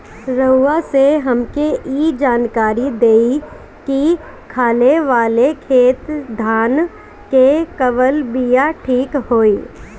रउआ से हमके ई जानकारी देई की खाले वाले खेत धान के कवन बीया ठीक होई?